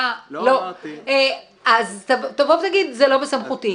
אז תבוא ותגיד זה לא בסמכותי.